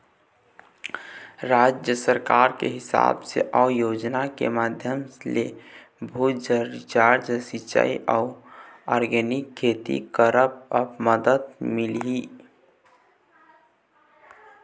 राज सरकार के हिसाब ले अउ योजना के माधियम ले, भू जल रिचार्ज, सिंचाई अउ आर्गेनिक खेती करब म मदद मिलही